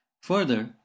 Further